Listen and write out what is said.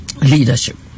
Leadership